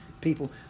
people